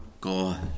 God